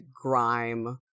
grime